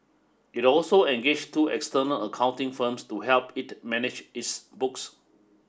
it also engaged two external accounting firms to help it manage its books